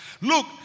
Look